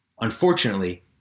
Unfortunately